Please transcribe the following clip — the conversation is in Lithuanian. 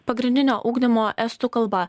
pagrindinio ugdymo estų kalba